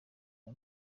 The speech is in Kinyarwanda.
the